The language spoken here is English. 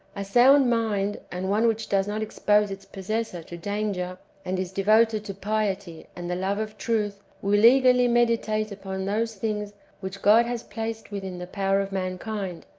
a sound mind, and one which does not expose its pos sessor to danger, and is devoted to piety and the love of truth, will eagerly meditate upon those things which god has placed within the power of mankind,